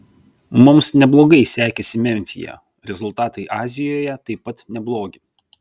mums neblogai sekėsi memfyje rezultatai azijoje taip pat neblogi